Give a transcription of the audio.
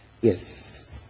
Yes